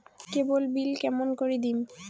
কেবল bill কেমন করি দিম?